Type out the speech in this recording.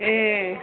ए